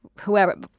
Whoever